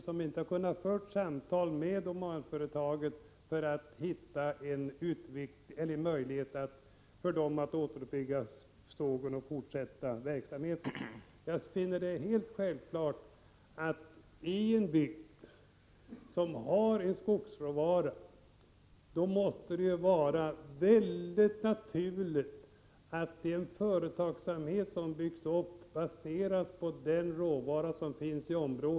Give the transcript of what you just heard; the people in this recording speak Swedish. Man har ju inte kunnat föra några samtal med Domänföretagen som syftar till att hitta en möjlighet att återuppbygga sågen och fortsätta verksamheten. För mig ter det sig helt naturligt att den företagsamhet som byggs upp i en bygd som har en skogsråvara också baseras på denna råvara.